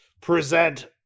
present